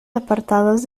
apartadas